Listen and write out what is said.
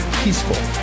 peaceful